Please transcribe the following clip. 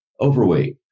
overweight